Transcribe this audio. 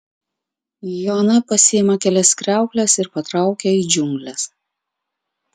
joana pasiima kelias kriaukles ir patraukia į džiungles